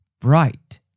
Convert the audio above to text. bright